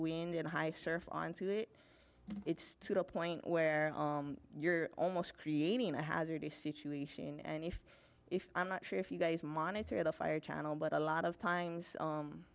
wind and high surf onto it it's to the point where you're almost creating a hazardous situation and if if i'm not sure if you guys monitor the fire channel but a lot of times